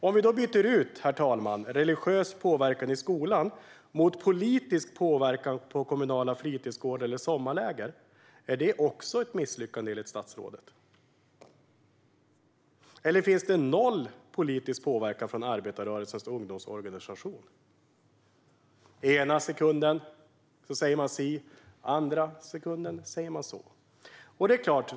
Om vi byter ut religiös påverkan i skolan mot politisk påverkan på kommunala fritidsgårdar eller sommarläger, blir det också ett misslyckande enligt statsrådet? Eller finns det noll politisk påverkan från arbetarrörelsens ungdomsorganisation? Ena sekunden säger man si, och andra sekunden säger man så.